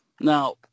Now